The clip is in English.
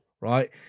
right